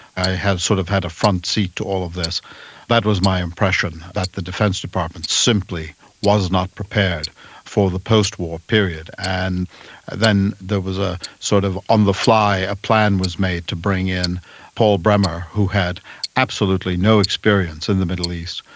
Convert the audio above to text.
i had sort of had a front seat to all of this and that was my impression, that the defence department simply was not prepared for the post-war period. and then there was a sort of, on the fly a plan was made to bring in paul bremer, who had absolutely no experience in the middle east,